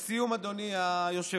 לסיום, אדוני היושב-ראש,